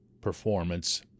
performance